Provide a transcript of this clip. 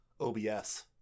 obs